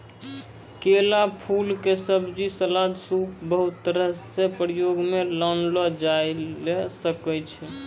केला फूल के सब्जी, सलाद, सूप बहुत तरह सॅ प्रयोग मॅ लानलो जाय ल सकै छो